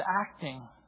acting